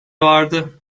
vardı